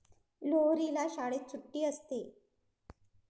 लोहरीला शाळेत सुट्टी असते